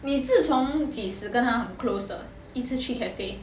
你自从几时跟他很 close 的一直去 cafe